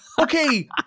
okay